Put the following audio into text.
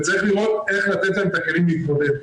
וצריך לראות איך לתת להם את הכלים להתמודד.